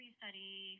study